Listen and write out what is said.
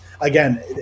Again